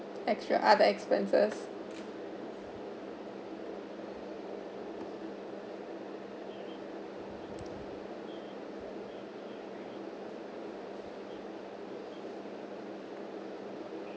extra other expenses